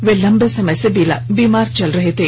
वह लंबे समय से बीमार चल रहे थे